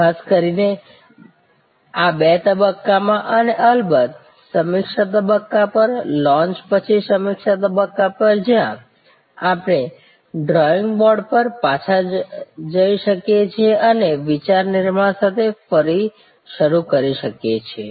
ખાસ કરીને આ બે તબક્કામાં અને અલબત્ત સમિક્ષા તબક્કા પર લોંચ પછી સમિક્ષા તબક્કા પર જ્યાં આપણે ડ્રોઈંગ બોર્ડ પર પાછા જઈ શકીએ છીએ અને વિચાર નિર્માણ સાથે ફરી શરૂ કરી શકીએ છીએ